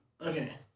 Okay